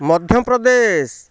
Madhya Pradesh